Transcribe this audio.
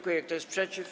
Kto jest przeciw?